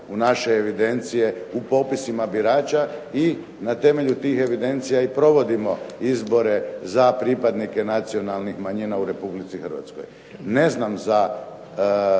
u naše evidencije u popisima birača i na temelju tih evidencija i provodimo izbore za pripadnike nacionalnih manjina u Republici Hrvatskoj. Ne znam za